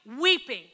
weeping